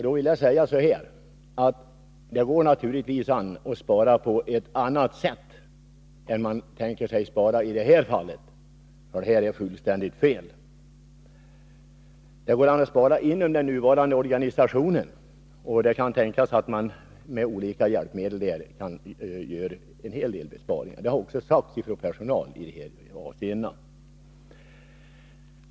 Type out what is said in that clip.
Då vill jag säga att det naturligtvis går att spara på ett annat sätt än man tänker sig att göra i detta fall, för här gör man fullständigt fel. Det går att spara under nuvarande organisation, och det kan tänkas att man med olika medel kan göra en hel del besparingar. Detta har också framhållits från personalens sida.